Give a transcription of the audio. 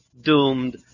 doomed